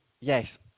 yes